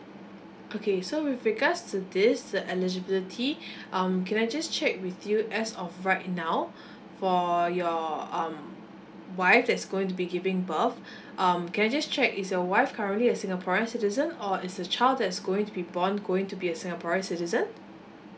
okay so with regards to this the eligibility um can I just check with you as of right now for your um wife that's going to be giving birth um can I just check is your wife currently a singaporean citizen or is the child that's going to be born going to be a singaporean citizen